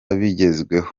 bigezweho